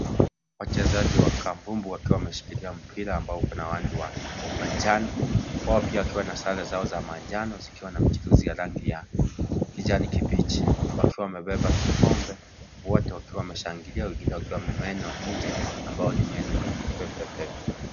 Wachezaji wa kambumbu wakiwa wameshikilia mpira ambao uko na rangi wa manjano, wao pia wakiwa na sare zao za manjano zikiwa na mchirizi ya rangi ya kijani kibichi wakiwa wamebeba kikombe wote wakiwa wameshangilia wengine wakiwa meno nje ambayo ni meno nyeupe pepepe.